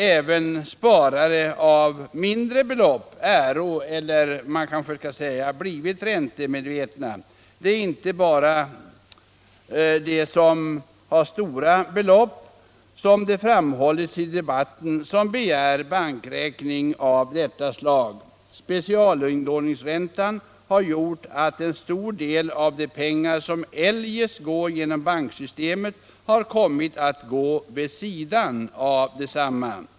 Även sparare av mindre belopp är — eller man kanske kan säga har blivit — räntemedvetna. Det är inte bara de som har stora belopp, såsom det framhållits i debatten, som begär bankräkning av detta slag. Specialinlåneräkningen har gjort att en stor del av de pengar som eljest skulle gå genom banksystemet har kommit att gå vid sidan av detsamma.